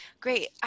Great